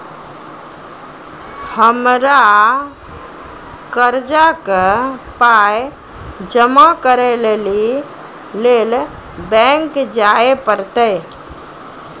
हमरा कर्जक पाय जमा करै लेली लेल बैंक जाए परतै?